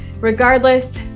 regardless